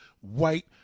white